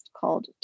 called